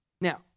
Now